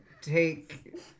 take